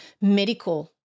medical